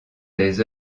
des